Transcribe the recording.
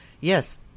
Yes